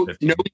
no